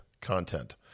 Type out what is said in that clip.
content